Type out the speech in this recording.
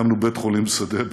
הקמנו בית חולים שדה,